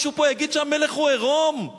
מישהו פה יגיד שהמלך הוא עירום.